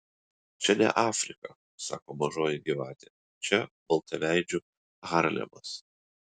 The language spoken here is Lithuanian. čia ne afrika sako mažoji gyvatė čia baltaveidžių harlemas